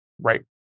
right